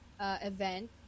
event